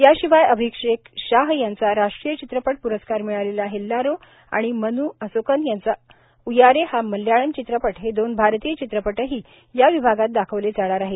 याशिवाय अभिषेक शाह यांचा राष्ट्रीय चित्रपट प्रस्कार मिळालेला हेल्लारो आणि मनु असोकन यांचा उयारे हा मल्ल्याळम् चित्रपट हे दोन भारतीय चित्रपटही या विभागात दाखवले जाणार आहेत